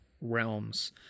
realms